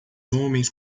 homens